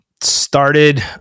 Started